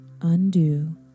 undo